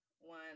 one